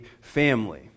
family